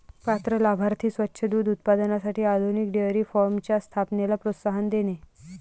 पात्र लाभार्थी स्वच्छ दूध उत्पादनासाठी आधुनिक डेअरी फार्मच्या स्थापनेला प्रोत्साहन देणे